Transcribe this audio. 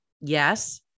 Yes